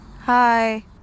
Hi